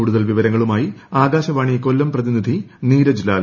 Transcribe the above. കൂടുതൽ വിവരങ്ങളുമായി ആകാശവാണി കൊല്ലം പ്രതിനിധി നീരജ് ലാൽ